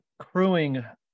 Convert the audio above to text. crewing